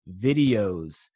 videos